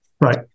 Right